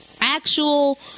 actual